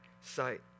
sight